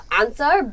answer